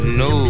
no